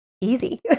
easy